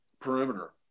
Perimeter